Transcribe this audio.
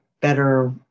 better